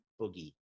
Boogie